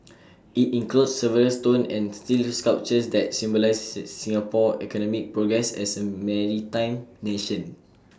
IT includes several stone and steel sculptures that symbolise say Singapore's economic progress as A maritime nation